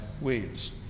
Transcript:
weeds